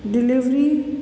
delivery